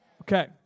Okay